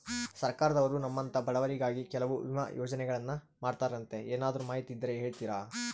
ಸರ್ಕಾರದವರು ನಮ್ಮಂಥ ಬಡವರಿಗಾಗಿ ಕೆಲವು ವಿಮಾ ಯೋಜನೆಗಳನ್ನ ಮಾಡ್ತಾರಂತೆ ಏನಾದರೂ ಮಾಹಿತಿ ಇದ್ದರೆ ಹೇಳ್ತೇರಾ?